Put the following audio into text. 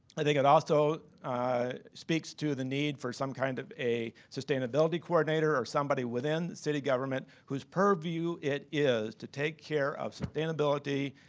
i think it also speaks to the need for some kind of a sustainability coordinator, or somebody within the city government whose purview it is to take care of sustainability,